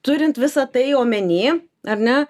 turint visa tai omeny ar ne